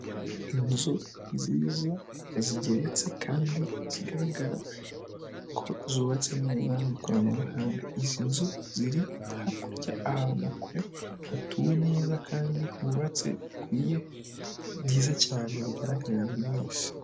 Inzu nziza zigeretse kandi zigaragara ko zubatse neza mu ikoranabuhanga, izi nzu ziri hakurya ahantu kure hatuwe neza kandi hubatse bikwiye byiza cyane bigaragarira buri wese.